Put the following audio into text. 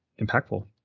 impactful